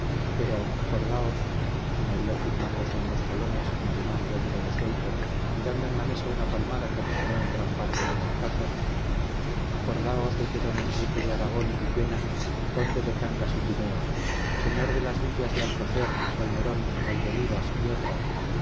pero acordaos añadió afirmándose en los talones con ademán de hombre resuelto y dando en la mesa una palmada que resonó en gran parte del alcázar acordaos de que don enrique de aragón y villena conde de cangas y tineo señor de las villas de alcocer salmerón valdeolivas y otras